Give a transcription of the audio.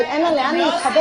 אבל אין לה לאן להתחבר.